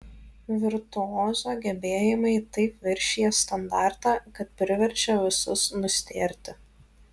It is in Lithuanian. virtuozo gebėjimai taip viršija standartą kad priverčia visus nustėrti